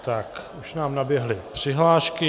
Tak, už nám naběhly přihlášky.